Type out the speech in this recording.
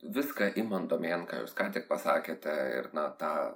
viską imant domėn ką jūs ką tik pasakėte ir na tą